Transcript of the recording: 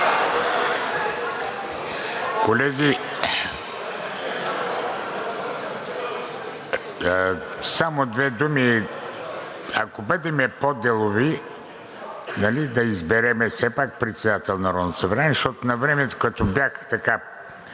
Колеги, само две думи. Ако бъдем по-делови, да изберем все пак председател на Народното събрание. Защото навремето, като бях така